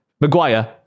Maguire